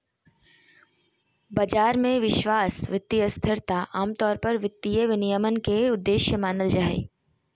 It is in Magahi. बाजार मे विश्वास, वित्तीय स्थिरता आमतौर पर वित्तीय विनियमन के उद्देश्य मानल जा हय